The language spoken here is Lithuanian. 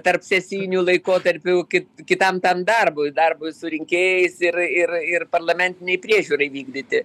tarpsesijiniu laikotarpiu ki kitam tam darbui darbui su rinkėjais ir ir ir parlamentinei priežiūrai vykdyti